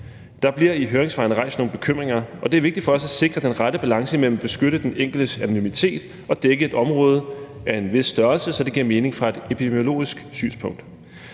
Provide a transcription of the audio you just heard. Der bliver i høringssvarene rejst nogle bekymringer, og det er vigtigt for os at sikre den rette balance imellem at beskytte den enkeltes anonymitet og at dække et område af en vis størrelse, så det giver mening fra et epidemiologisk synspunkt.